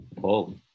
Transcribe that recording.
Paul